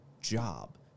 job